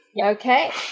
Okay